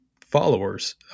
followers